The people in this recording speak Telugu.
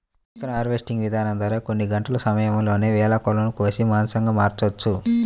చికెన్ హార్వెస్టింగ్ ఇదానం ద్వారా కొన్ని గంటల సమయంలోనే వేల కోళ్ళను కోసి మాంసంగా మార్చొచ్చు